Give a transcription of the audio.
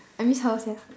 I miss her sia